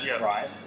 right